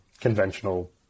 conventional